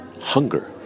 hunger